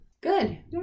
good